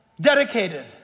dedicated